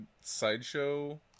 Sideshow